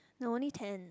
no only ten